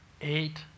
Eight